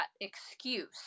excuse